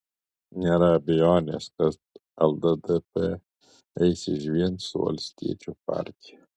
nėra abejonės kad lddp eis išvien su valstiečių partija